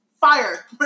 fire